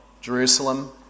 Jerusalem